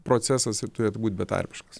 procesas ir turėtų būt betarpiška